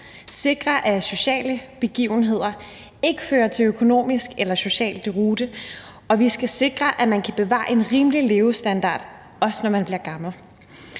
sikrer, at sociale begivenheder ikke fører til økonomisk eller social deroute, og vi skal sikre, at man kan bevare en rimelig levestandard, også når man bliver gammel.